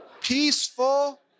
peaceful